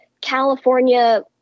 California